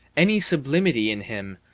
any sublimity in him,